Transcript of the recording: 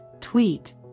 tweet